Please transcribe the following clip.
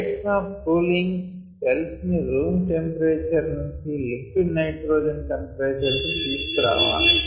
rates of cooling cells ని room temperature నుంచి liquid nitrogen temperature కు తీసుకు రావాలి